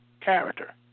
character